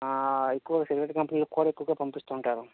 ఎక్కువ సిగరెట్ కంపెనీలకు కూడా ఎక్కువగా పంపిస్తుంటారు